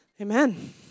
Amen